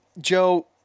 Joe